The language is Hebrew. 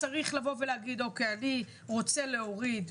עשיתי עבודת מחקר לתואר שני,